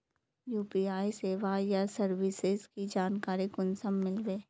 UPI सेवाएँ या services की जानकारी कुंसम मिलबे?